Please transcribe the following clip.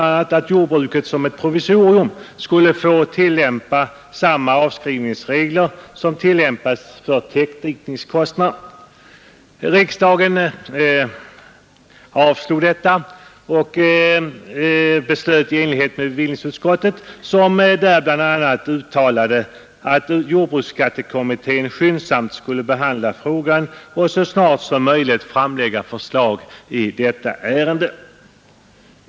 att jordbruket som ett provisorium skulle få tillämpa samma avskrivningsregler som gäller för täckdikningskostnader. Riksdagen avslog detta förslag och beslöt i enlighet med bevillningsutskottets skrivning, där det bl.a. uttalades att den då tillsatta jordbruksskattekommittén skyndsamt skulle behandla frågan och så snart som möjligt framlägga förslag i ärendet.